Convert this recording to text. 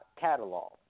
catalog